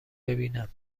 ببینم